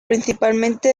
principalmente